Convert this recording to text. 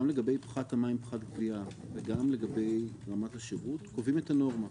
גם לגבי פחת מים ופחת גבייה וגם לגבי רמת השירות קובעים את הנורמה.